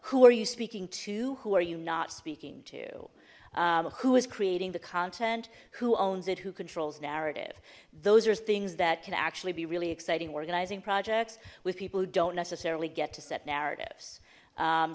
who are you speaking to who are you not speaking to who is creating the content who owns it who controls narrative those are things that can actually be really exciting organizing projects with people who don't necessarily get to set narratives